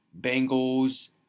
Bengals